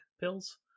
pills